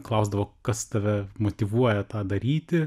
klausdavo kas tave motyvuoja tą daryti